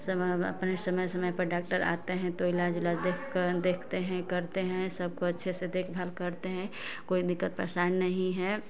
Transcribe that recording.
समय अपने समय समय पर डाक्टर आते हैं इलाज़ उलाज देख कर देखते हैं करते हैं सब को अच्छे से देखभाल करते हैं कोई दिक्कत परेशानी नहीं है